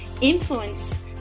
influence